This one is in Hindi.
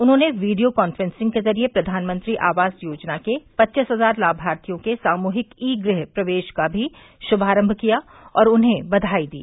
उन्होंने वीडियो कान्फ्रेंसिंग के जरिए फ्र्यानमंत्री आवास योजना के पच्चीस हजार लाभार्थियों के सामूहिक ई गृह प्रवेश का भी शुभारंभ किया और उन्हें बद्याई दी